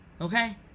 Okay